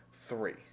three